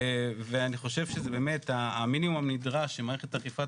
אני חושב שזה באמת המינימום הנדרש שמערכת אכיפת